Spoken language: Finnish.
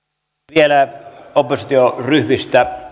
vielä oppositioryhmistä